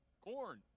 Corn